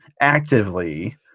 actively